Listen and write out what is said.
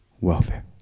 welfare